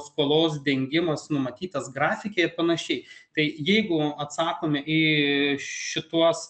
skolos dengimas numatytas grafike ir panašiai tai jeigu atsakome į šituos